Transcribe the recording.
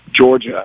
Georgia